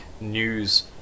news